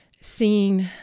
seeing